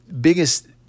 biggest